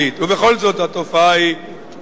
ובכל זאת, התופעה היא מבורכת,